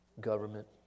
government